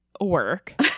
work